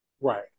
Right